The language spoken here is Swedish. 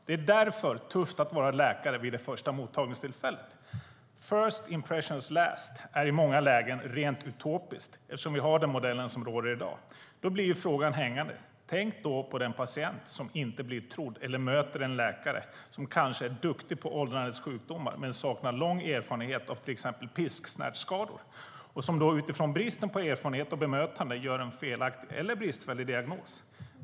Det är därför tufft att vara läkare vid det första mottagningstillfället. First impressions last är i många lägen rent utopiskt eftersom vi har den modell som råder i dag. Då blir frågan hängande. Tänk då på den patient som inte blir trodd eller möter en läkare som kanske är duktig på åldrandets sjukdomar, men som saknar lång erfarenhet av till exempel pisksnärtsskador och som utifrån bristen på erfarenhet och bemötande ställer en felaktig eller bristfällig diagnos!